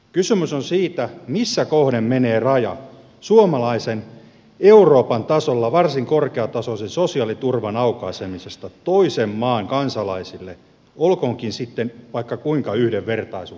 kysymys on siitä missä kohden menee raja suomalaisen euroopan tasolla varsin korkeatasoisen sosiaaliturvan aukaisemisesta toisen maan kansalaisille olkoonkin sitten vaikka kuinka yhdenvertaisuuteen perustuvaa